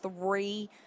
three